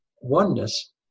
oneness